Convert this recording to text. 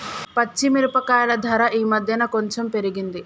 పచ్చి మిరపకాయల ధర ఈ మధ్యన కొంచెం పెరిగింది